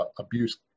abuse